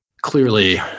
clearly